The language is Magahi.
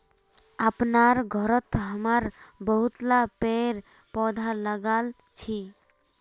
अपनार घरत हमरा बहुतला पेड़ पौधा लगाल छि